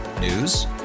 News